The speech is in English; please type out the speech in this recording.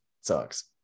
Sucks